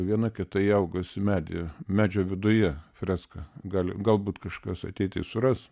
viena kita įaugusi medyje medžio viduje freska gali galbūt kažkas ateity suras